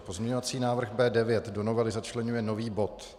Pozměňovací návrh B9 do novely začleňuje nový bod.